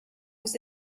aux